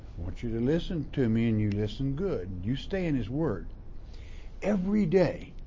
want you to listen to me and you listen good. you stay in his word every day,